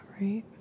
right